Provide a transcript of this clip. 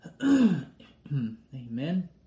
Amen